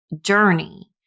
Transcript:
journey